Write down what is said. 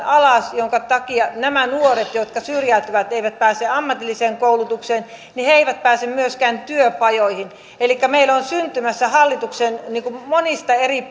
alas minkä takia nämä nuoret jotka syrjäytyvät eivät pääse ammatilliseen koulutukseen eivät pääse myöskään työpajoihin elikkä meille on syntymässä hallituksen monien eri